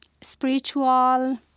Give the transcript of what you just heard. spiritual